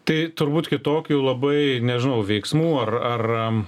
tai turbūt kitokių labai nežinau veiksmų ar ar